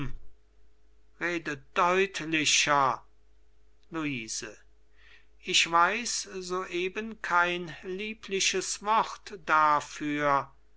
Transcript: rede deutlicher luise ich weiß so eben kein liebliches wort dafür er